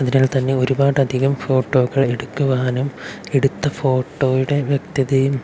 അതിനാൽ തന്നെ ഒരുപാട് അധികം ഫോട്ടോകൾ എടുക്കുവാനും എടുത്ത ഫോട്ടോയുടെ വ്യക്തതയും